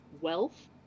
wealth